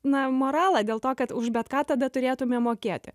na moralą dėl to kad už bet ką tada turėtumėm mokėti